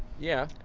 yeah,